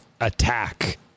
attack